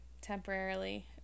temporarily